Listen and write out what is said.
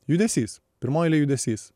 judesys pirmoj eilėj judesys